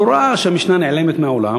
אבל הוא ראה שהמשנה נעלמת מהעולם,